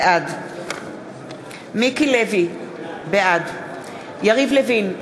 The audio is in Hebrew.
בעד יריב לוין,